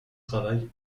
travail